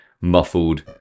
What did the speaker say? muffled